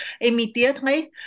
immediately